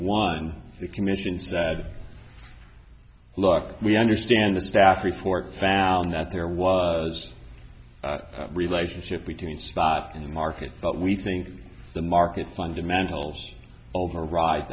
the commission said look we understand the staff report found that there was a relationship between spot in the market but we think the market fundamentals override